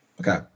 okay